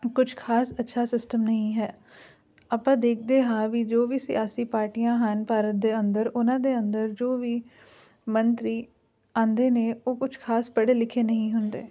ਕੁਛ ਖਾਸ ਅੱਛਾ ਸਿਸਟਮ ਨਹੀਂ ਹੈ ਆਪਾਂ ਦੇਖਦੇ ਹਾਂ ਵੀ ਜੋ ਵੀ ਸਿਆਸੀ ਪਾਰਟੀਆਂ ਹਨ ਭਾਰਤ ਦੇ ਅੰਦਰ ਉਹਨਾਂ ਦੇ ਅੰਦਰ ਜੋ ਵੀ ਮੰਤਰੀ ਆਉਂਦੇ ਨੇ ਉਹ ਕੁਛ ਖਾਸ ਪੜ੍ਹੇ ਲਿਖੇ ਨਹੀਂ ਹੁੰਦੇ